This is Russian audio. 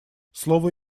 слово